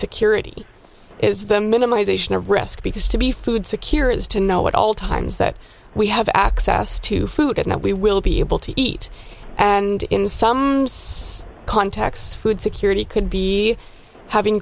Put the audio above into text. security is the minimization of risk because to be food secure is to know what all times that we have access to food and that we will be able to eat and in some contexts food security could be having